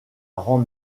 rend